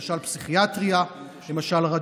למשל פסיכיאטריה,